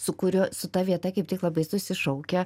su kuriuo su ta vieta kaip tik labai susišaukia